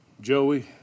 Joey